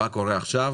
מה קורה עכשיו,